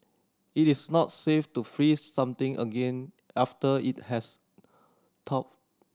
it is not safe to freeze something again after it has thawed